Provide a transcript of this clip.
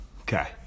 Okay